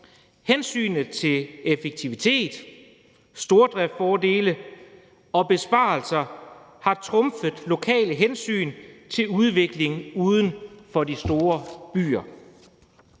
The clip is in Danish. Hensynet til effektivitet, stordriftsfordele og besparelser har trumfet lokale hensyn til udvikling uden for de store byer.